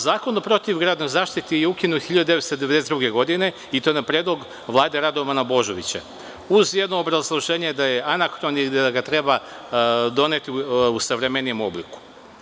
Zakon o protivgradnoj zaštiti je ukinut 1992. godine i to na predlog Vlade Radovana Božovića, uz jedno obrazloženje da je anakton i da ga treba doneti u savremenijem obliku.